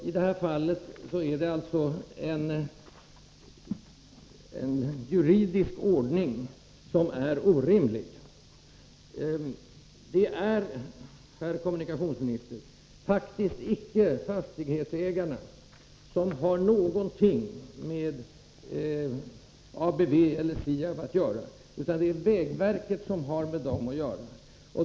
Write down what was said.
I det här fallet är det alltså fråga om en juridisk ordning som är orimlig. Fastighetsägarna har, herr kommunikationsminister, faktiskt inte någonting med ABV eller SIAB att göra, utan det är vägverket som har med dem att göra.